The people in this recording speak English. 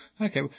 Okay